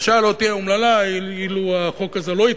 והשעה לא תהיה אומללה אילו החוק הזה לא יתקבל,